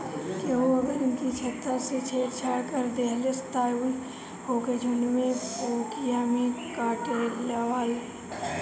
केहू अगर इनकी छत्ता से छेड़ छाड़ कर देहलस त इ ओके झुण्ड में पोकिया में काटलेवेला